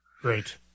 great